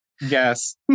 Yes